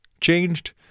changed